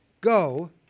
go